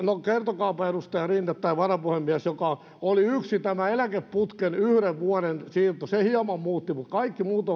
no kertokaapa varapuhemies rinne oli yksi tämä eläkeputken yhden vuoden siirto joka hieman muutti mutta kaikki muut